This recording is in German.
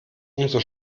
umso